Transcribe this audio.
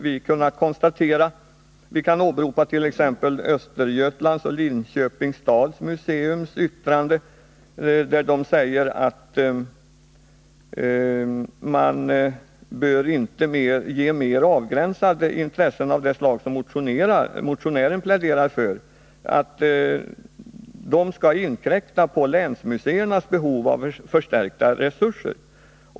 Vi kan t.ex. åberopa Östergötlands och Linköpings stads museum, som i sitt yttrande säger att man inte bör låta mer avgränsade intressen av det slag motionären pläderar för inkräkta på länsmuseernas behov av förstärkta resurser.